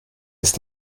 ist